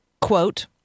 quote